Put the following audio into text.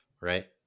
right